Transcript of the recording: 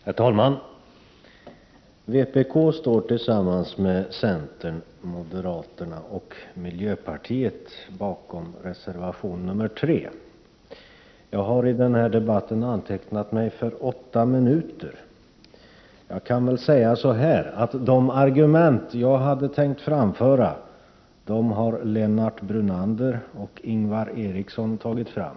Herr talman! Vpk står tillsammans med centern, moderaterna och miljöpartiet bakom reservation 3. Jag har till den här debatten antecknat mig för fem minuter. Men de argument jag hade tänkt framföra har Lennart Brunander och Ingvar Eriksson redan anfört.